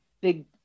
big